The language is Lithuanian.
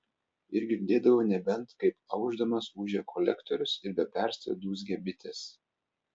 ir girdėdavau nebent kaip aušdamas ūžia kolektorius ir be perstojo dūzgia bitės